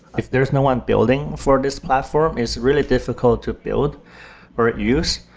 if there's no one building for this platform, it's really difficult to build or use.